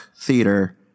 theater